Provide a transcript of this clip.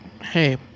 Hey